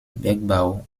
bergbau